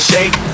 Shake